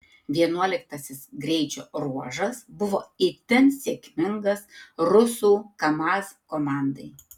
vienuoliktasis greičio ruožas buvo itin sėkmingas rusų kamaz komandai